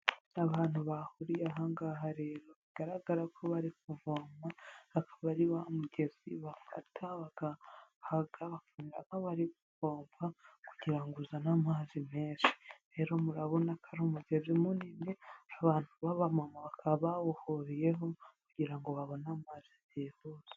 Abantu bahuriye aha ngaha rero bigaragara ko bari kuvoma, akaba ari wa mugezi bafata bagahaga bakamera nk'abari gupompa kugira uzane amazi menshi, rero murabona ko ari umugeze munini abantu ba bamama bakaba bawuhuriyeho kugira ngo babone amazi byihuse.